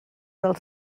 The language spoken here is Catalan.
del